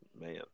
man